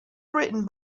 written